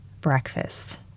breakfast